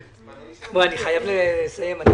הישיבה.